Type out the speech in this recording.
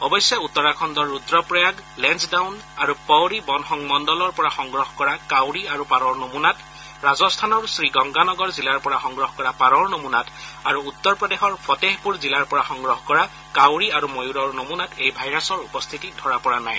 অৱশ্যে উত্তৰাখণ্ডৰ ৰুদ্ৰপ্ৰয়াগ লেপডাউন আৰু পৌৰী বন সংমণ্ডলৰ পৰা সংগ্ৰহ কৰা কাউৰী আৰু পাৰৰ নমুনাত ৰাজস্থানৰ শ্ৰীগংগানগৰ জিলাৰ পৰা সংগ্ৰহ কৰা পাৰৰ নমুনাত আৰু উত্তৰ প্ৰদেশৰ ফতেহপুৰ জিলাৰ পৰা সংগ্ৰহ কৰা কাউৰী আৰু ময়ূৰৰ নমুনাত এই ভাইৰাছৰ উপস্থিতি ধৰা পৰা নাই